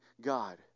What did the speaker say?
God